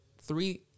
three